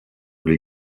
les